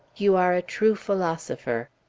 you are a true philosopher.